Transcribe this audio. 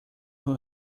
who